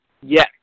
Yes